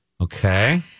Okay